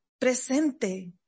Presente